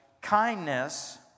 Kindness